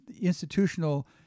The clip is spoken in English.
institutional